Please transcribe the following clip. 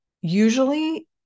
Usually